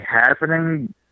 happening